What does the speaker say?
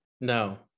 No